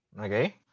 Okay